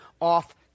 off